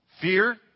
fear